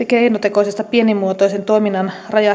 keinotekoinen pienimuotoisen toiminnan raja